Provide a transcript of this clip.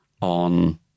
on